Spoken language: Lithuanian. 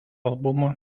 albumo